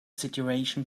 situation